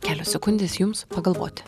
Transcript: kelios sekundės jums pagalvoti